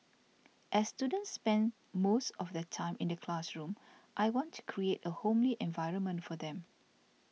as students spend most of their time in the classroom I want to create a homely environment for them